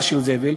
הר של זבל.